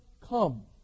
come